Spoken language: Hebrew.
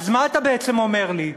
אז מה אתה בעצם אומר לי,